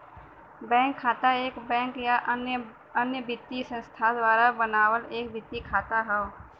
bank खाता एक bank या अन्य वित्तीय संस्थान द्वारा बनावल एक वित्तीय खाता हौ